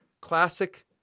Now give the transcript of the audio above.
Classic